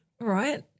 right